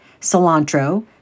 cilantro